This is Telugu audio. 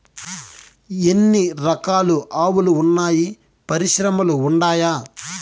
ఎన్ని రకాలు ఆవులు వున్నాయి పరిశ్రమలు ఉండాయా?